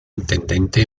intendente